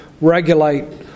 regulate